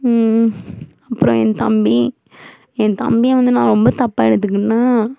அப்புறம் ஏன் தம்பி ஏன் தம்பியை வந்து நான் ரொம்ப தப்பாக எடுத்துக்கினேனா